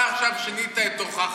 אתה עכשיו שינית את עורך,